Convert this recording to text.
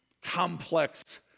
complex